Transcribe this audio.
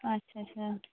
اَچھا اَچھا